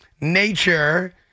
nature